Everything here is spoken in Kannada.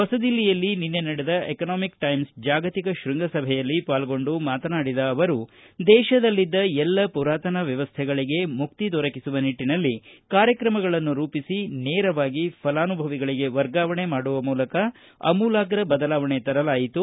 ಹೊಸದಿಲ್ಲಿಯಲ್ಲಿ ನಿನ್ನೆ ನಡೆದ ಎಕ್ನಾಮಿಕ್ ಟೈಮ್ಲ್ ಜಾಗತಿಕ ಶೃಂಗ ಸಭೆಯಲ್ಲಿ ಪಾಲ್ಗೊಂಡು ಮಾತನಾಡಿದ ಅವರು ದೇತದಲ್ಲಿದ್ದ ಎಲ್ಲ ಪುರಾತನ ವ್ಯವಸ್ಥೆಗಳಿಗೆ ಮುಕ್ತಿ ದೊರಕಿಸುವ ನಿಟ್ಟನಲ್ಲಿ ಕಾರ್ಯಕ್ರಮಗಳನ್ನು ರೂಪಿಸಿ ನೇರವಾಗಿ ಫಲಾನುಭವಿಗಳಿಗೆ ವರ್ಗಾವಣೆ ಮಾಡುವ ಮೂಲಕ ಆಮೂಲಾಗ್ರ ಬದಲಾವಣೆ ತರಲಾಯಿತು